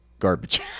garbage